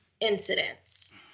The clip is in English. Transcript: Incidents